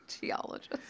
Geologist